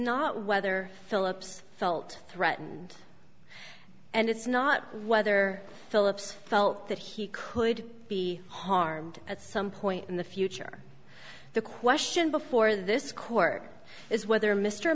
not whether philip's felt threatened and it's not whether phillips felt that he could be harmed at some point in the future the question before this court is whether mr